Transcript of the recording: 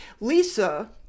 Lisa